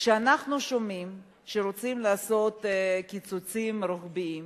כשאנחנו שומעים שרוצים לעשות קיצוצים רוחביים,